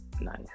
Nice